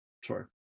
Sure